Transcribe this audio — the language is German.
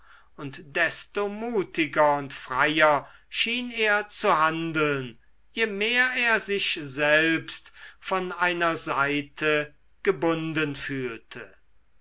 und desto mutiger und freier schien er zu handeln je mehr er sich selbst von einer seite gebunden fühlte